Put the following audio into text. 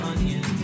Onion